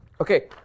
okay